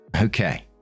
Okay